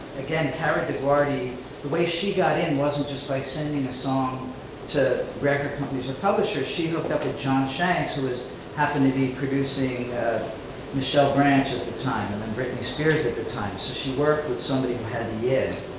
again, carrie dioguardi, the way she got in wasn't just by sending song to record companies or publishers. she hooked up with john shanks who happened to be producing michelle branch at the time, and then britney spears at the time. so she worked with somebody who had the in.